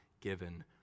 given